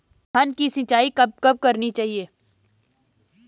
धान की सिंचाईं कब कब करनी चाहिये?